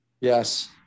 yes